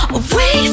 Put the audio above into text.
away